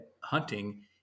hunting